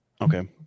Okay